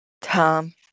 Tom